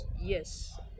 Yes